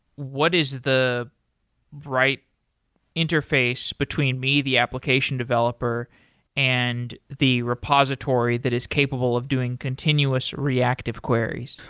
what is the right interface between me, the application developer and the repository that is capable of doing continuous reactive queries?